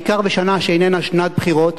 בעיקר בשנה שאיננה שנת בחירות,